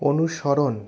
অনুসরণ